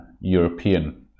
European